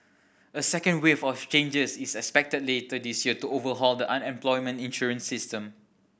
a second wave of changes is expected later this year to overhaul the unemployment insurance system